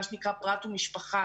מה שנקרא פרט ומשפחה,